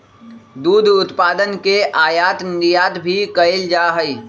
दुध उत्पादन के आयात निर्यात भी कइल जा हई